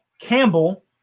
Campbell